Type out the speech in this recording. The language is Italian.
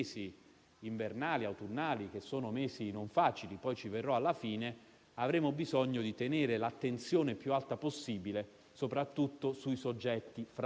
Non è la scuola in questo momento il luogo più problematico sul piano del trasferimento e della diffusione del contagio.